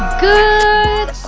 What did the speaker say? good